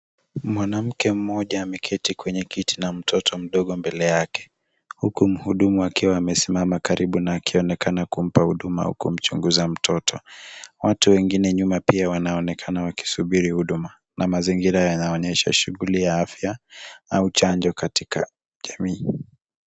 Mwanamke mmoja amekiti kwenye kiti na mtoto mdogo mbele yake huku mhudumu akiwa amesimama karibu na akionekana kumpa huduma kumchunguza. Watu wengine nyuma pia wanaonekana wakisubiri huduma na mazingira yanaonyesha shughuli ya afya au chanjo katika jamii.